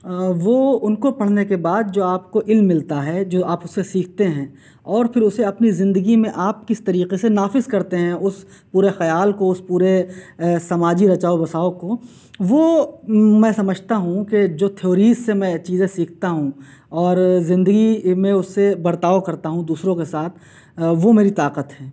وہ ان کو پڑھنے کے بعد جو آپ کو علم ملتا ہے جو آپ اس سے سیکھتے ہیں اور پھر اسے اپنی زندگی میں آپ کس طریقہ سے نافذ کرتے ہیں اس پورے خیال کو اس پورے سماجی رچاؤ بساؤ کو وہ میں سمجھتا ہوں کہ جو تھیوریز سے میں چیزیں سیکھتا ہوں اور زندگی میں اس سے برتاؤ کرتا ہوں دوسرے کے ساتھ وہ میری طاقت ہے